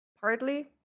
Partly